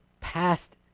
past